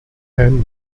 and